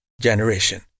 generation